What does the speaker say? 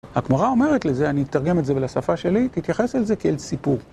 הגמרא אומרת לזה, אני אתרגם את זה לשפה שלי, תתייחס אל זה כאל סיפור.